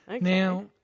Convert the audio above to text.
Now